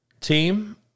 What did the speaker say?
team